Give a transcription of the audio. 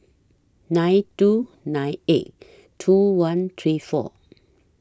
nine two nine eight two one three four